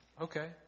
Okay